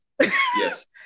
Yes